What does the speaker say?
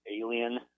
Alien